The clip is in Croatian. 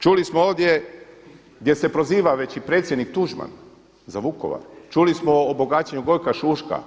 Čuli smo ovdje gdje se proziva već i predsjednik Tuđman za Vukovar, čuli smo o bogaćenju Gojka Šuška.